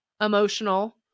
emotional